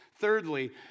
Thirdly